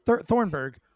Thornburg